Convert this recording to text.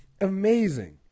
amazing